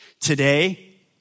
Today